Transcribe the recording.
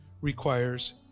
requires